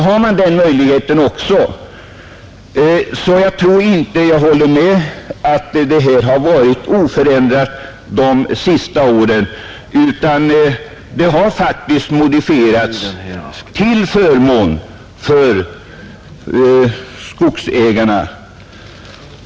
Jag vill inte hålla med om att bestämmelserna har varit oförändrade under de senaste åren, utan de har modifierats till förmån för skogsägarna.